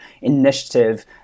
Initiative